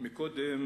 קודם,